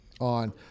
On